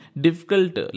difficult